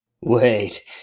Wait